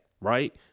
right